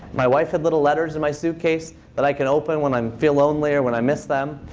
my wife hid little letters in my suitcase that i can open when i um feel lonely or when i miss them.